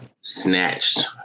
snatched